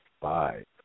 five